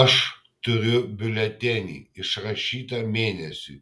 aš turiu biuletenį išrašytą mėnesiui